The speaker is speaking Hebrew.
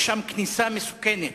יש שם כניסה מסוכנת,